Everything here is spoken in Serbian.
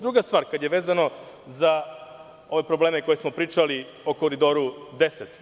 Druga stvar, kada je vezano za ove probleme o kojima smo pričali o Koridoru 10.